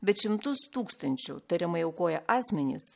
bet šimtus tūkstančių tariamai aukoję asmenys